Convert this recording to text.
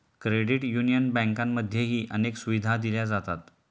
credit union बँकांमध्येही अनेक सुविधा दिल्या जातात